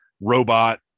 robot